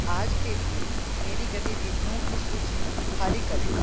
आज के लिए मेरी गतिविधियों की सूची खाली करें